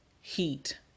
heat